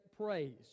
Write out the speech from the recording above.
praise